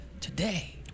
today